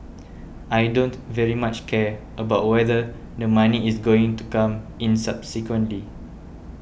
I don't very much care about whether the money is going to come in subsequently